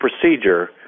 procedure